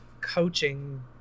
coaching